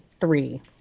three